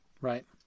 Right